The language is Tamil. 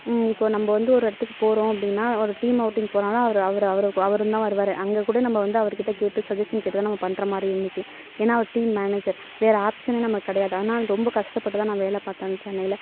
இப்போது நம்ம வந்து ஒரு இடத்துக்கு போகிறோம் அப்படின்னா ஒரு டீம் அவுட்டிங் போனோம்னா அவரு அவரு அவரும்தான் வருவார் அங்கே கூட நம்ம வந்து அவர்கிட்ட கேட்டு சஜஷன் கேட்டு நம்ம பண்ணுற மாதிரி இருந்துச்சு ஏன்னா அவரு மேனேஜர் வேற ஆப்சனே நமக்கு கிடையாது அதனால ரொம்ப கஷ்டப்பட்டுதான் வேலை பாத்தேன் சென்னையில்